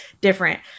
different